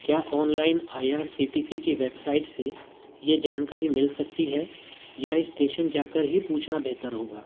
کیا online I R C T C کی website سے یہ جانکاری مل سکتی ہے یا اسٹیشن جا کر ہی پوچھنا بہتر ہوگا